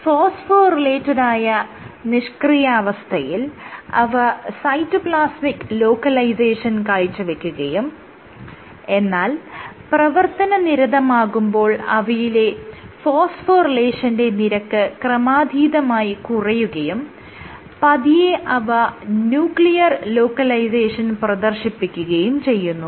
ഫോസ്ഫോറിലേറ്റഡായ നിഷ്ക്രിയാവസ്ഥയിൽ അവ cytoplasmic localisation കാഴ്ചവെക്കുകയും എന്നാൽ പ്രവർത്തന നിരതമാകുമ്പോൾ അവയിലെ ഫോസ്ഫോറിലേഷന്റെ നിരക്ക് ക്രമാധീതമായി കുറയുകയും പതിയെ അവ ന്യൂക്ലിയർ ലോക്കലൈസേഷൻ പ്രദർശിപ്പിക്കുകയും ചെയ്യുന്നു